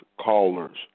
callers